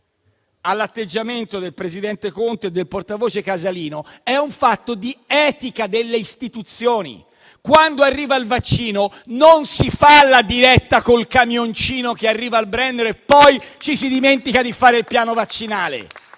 all'atteggiamento del presidente Conte e del portavoce Casalino, è un fatto di etica delle istituzioni. Quando arriva il vaccino, non si fa la diretta col camioncino che arriva al Brennero per poi dimenticarsi di fare il piano vaccinale!